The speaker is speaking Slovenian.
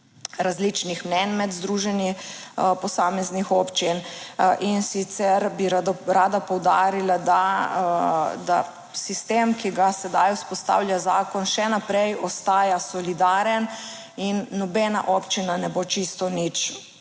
različnih mnenj med združenji posameznih občin. In sicer, bi rada poudarila, da, da sistem, ki ga sedaj vzpostavlja zakon še naprej ostaja solidaren in nobena občina ne bo čisto nič